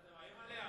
מה, אתה מאיים עליה?